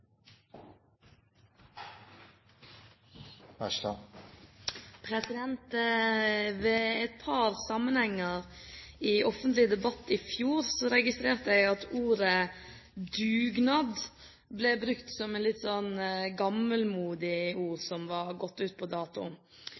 Ved et par sammenhenger i offentlig debatt i fjor registrerte jeg at ordet «dugnad» ble brukt som et litt gammelmodig ord som var gått ut på dato.